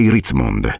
Ritzmond